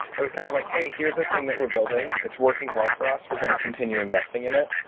it was kind of like, hey, here is a thing that we're building. it's working well for us. we're going to continue investing in it.